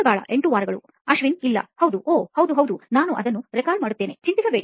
ಬಾಲಾ8 ವಾರಗಳು ಅಶ್ವಿನ್ ಇಲ್ಲ ಹೌದು ಓಹ್ ಹೌದು ಹೌದು ನಾನು ಅದನ್ನು ರೆಕಾರ್ಡ್ ಮಾಡುತ್ತೇನೆ ಚಿಂತಿಸಬೇಡಿ